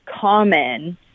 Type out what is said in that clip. common